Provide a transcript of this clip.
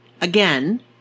Again